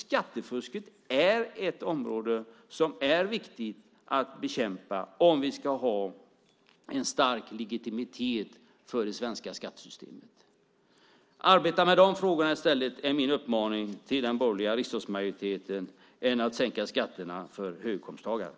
Skattefusket är ett område som det är viktigt att bekämpa om vi ska ha en stark legitimitet för det svenska skattesystemet. Arbeta med de frågorna i stället för att sänka skatterna för höginkomsttagarna är min uppmaning till den borgerliga riksdagsmajoriteten.